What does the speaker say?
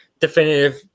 definitive